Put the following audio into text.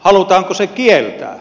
halutaanko se kieltää